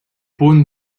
punt